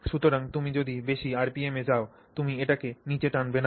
সুতরাং তুমি যদি বেশি আরপিএমে যাও তুমি এটিকে নিচে টানবে না